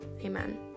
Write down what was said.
Amen